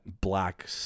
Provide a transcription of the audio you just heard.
black